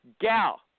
Gal